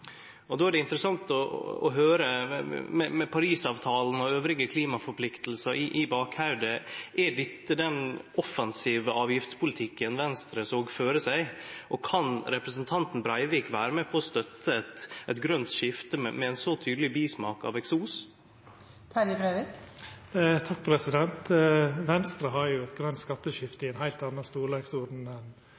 ultimatum. Då er det interessant, med Paris-avtalen og klimaforpliktingar elles i bakhovudet, å høyre: Er dette den offensive avgiftspolitikken Venstre såg føre seg, og kan representanten Breivik vere med på å støtte eit grønt skifte med ein så tydeleg bismak av eksos? Venstre har eit grønt skatteskifte i ein heilt anna